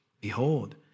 Behold